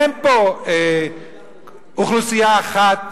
אין פה אוכלוסייה אחת זהה.